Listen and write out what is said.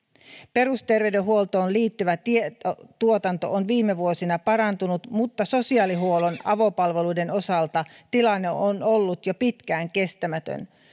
perusterveydenhuoltoon liittyvä tietotuotanto on viime vuosina parantunut mutta sosiaalihuollon avopalveluiden osalta tilanne on ollut jo pitkään kestämätön